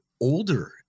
older